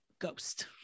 ghost